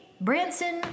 Branson